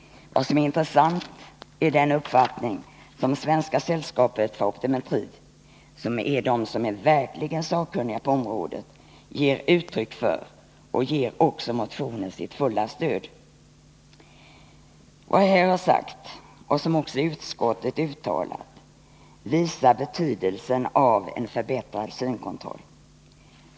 Vad som är intressant är den uppfattning som Svenska sällskapet för optometri, som är de verkligt sakkunniga på området, ger uttryck för. Svenska sällskapet för optometri ger också motionen sitt fulla stöd. Vad jag här har sagt liksom också det som utskottet uttalat visar betydelsen av en förbättrad synkontroll.